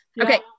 Okay